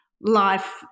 life